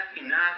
enough